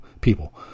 people